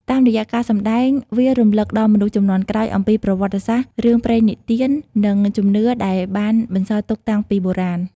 តាមរយៈការសម្ដែង វារំឭកដល់មនុស្សជំនាន់ក្រោយអំពីប្រវត្តិសាស្ត្រ រឿងព្រេងនិទាន និងជំនឿដែលបានបន្សល់ទុកតាំងពីបុរាណ។